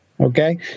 Okay